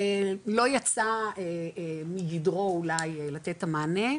לא יצא מגדרו אולי לתת את המענה,